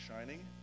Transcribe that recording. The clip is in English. shining